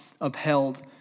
upheld